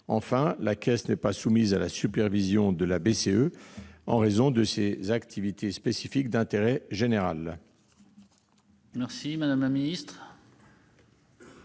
Enfin, la Caisse n'est pas soumise à la supervision de la BCE, en raison de ses activités spécifiques d'intérêt général.